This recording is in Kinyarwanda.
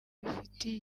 bifitiye